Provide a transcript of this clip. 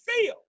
feel